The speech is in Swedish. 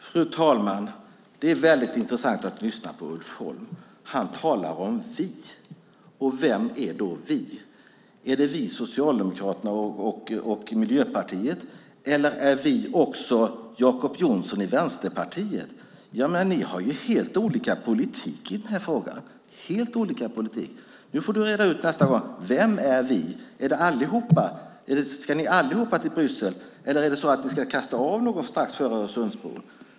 Fru talman! Det är väldigt intressant att lyssna på Ulf Holm. Han talar om vi. Vem är då vi? Är vi Socialdemokraterna och Miljöpartiet eller är vi också Jacob Johnson i Vänsterpartiet? Ni har ju helt olika politik i den här frågan. Nu får du reda ut detta, Holm. Vem är vi? Är det allihop? Ska ni allihop till Bryssel eller är det någon som vill hoppa av strax före Öresundsbron?